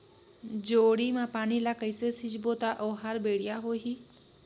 जोणी मा पानी ला कइसे सिंचबो ता ओहार बेडिया होही?